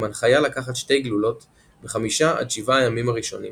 הנחיה לקחת שתי גלולות ב-5-7 הימים הראשונים